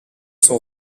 sont